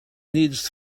needs